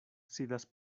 sidas